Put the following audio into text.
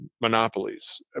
monopolies